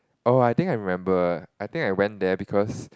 oh I think I remember I think I went there because